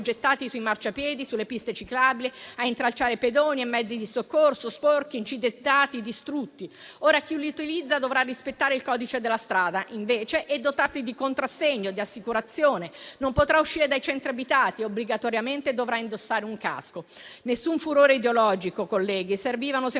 gettati sui marciapiedi e sulle piste ciclabili, a intralciare pedoni e mezzi di soccorso, sporchi, incidentati, distrutti. Ora chi li utilizza dovrà rispettare il codice della strada, invece, e dotarsi di contrassegno di assicurazione; non potrà uscire dai centri abitati e obbligatoriamente dovrà indossare un casco. Nessun furore ideologico, colleghi; servivano semplicemente